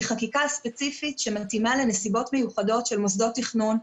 חקיקה ספציפית שממתינה לנסיבות מיוחדות של מוסדות תכנון.